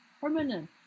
permanent